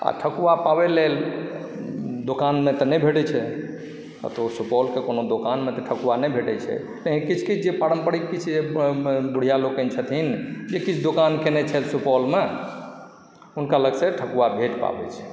आओर ठकुआ पाबै लेल दोकानमे तऽ नहि भेटै छै कतहुँ सुपौलके कोनो दोकानमे तऽ ठकुआ नहि भेटै छै कहीं किछु किछु जे पारम्परिक किछु जे बुढ़िआ लोकनि छथिन जे किछु दोकान केने छथि सुपौलमे हुनका लगसँ ठकुआ भेट पाबै छै